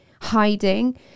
hiding